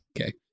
Okay